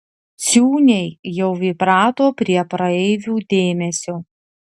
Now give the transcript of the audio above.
ciūniai jau įprato prie praeivių dėmesio